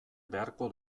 beharko